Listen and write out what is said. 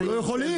אנחנו לא יכולים.